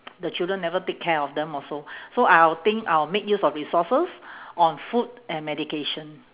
the children never take care of them also so I'll think I'll make use of resources on food and medication